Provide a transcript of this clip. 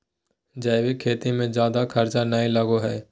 जैविक खेती मे जादे खर्च नय लगो हय